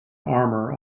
armour